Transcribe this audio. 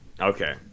Okay